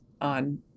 on